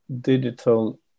digital